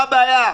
מה הבעיה?